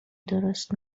درست